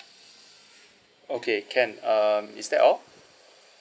okay can um is that all